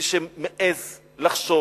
מי שמעז לחשוב